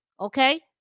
okay